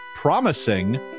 Promising